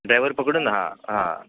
driver पकडून हां हां